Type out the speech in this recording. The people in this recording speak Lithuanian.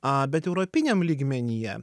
a bet europiniam lygmenyje